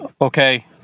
Okay